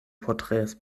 porträts